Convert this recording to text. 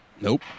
Nope